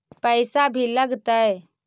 पैसा भी लगतय?